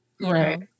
Right